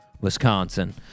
Wisconsin